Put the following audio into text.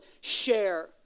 share